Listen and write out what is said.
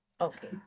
Okay